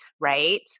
right